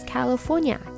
California